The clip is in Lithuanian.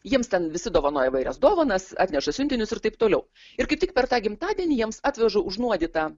jiems ten visi dovanoja įvairias dovanas atneša siuntinius ir taip toliau ir kaip tik per tą gimtadienį jiems atveža užnuodytą